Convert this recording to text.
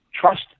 trust